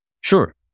Sure